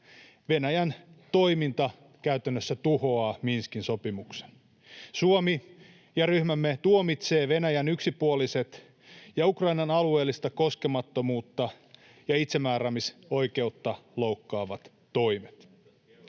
Venäjän toiminta käytännössä tuhoaa Minskin sopimuksen. Suomi ja ryhmämme tuomitsevat Venäjän yksipuoliset ja Ukrainan alueellista koskemattomuutta ja itsemääräämisoikeutta loukkaavat toimet.